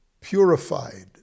purified